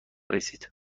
رسید